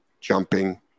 jumping